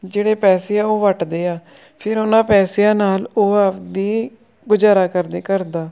ਜਿਹੜੇ ਪੈਸੇ ਆ ਉਹ ਵੱਟਦੇ ਆ ਫਿਰ ਉਹਨਾਂ ਪੈਸਿਆਂ ਨਾਲ ਉਹ ਆਪਦਾ ਗੁਜ਼ਾਰਾ ਕਰਦੇ ਘਰ ਦਾ